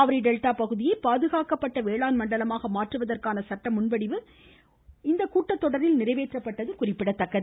காவிரிடெல்டா பகுதியை பாதுகாக்கப்பட்ட வேளாண் மண்டலமாக மாற்றுவதற்கான சட்ட முன்வடிவு இந்த கூட்டத்தொடரில் நிறைவேற்றப்பட்டது குறிப்பிடத்தக்கது